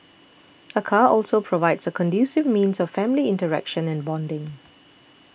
a car also provides a conducive means of family interaction and bonding